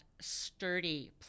sturdy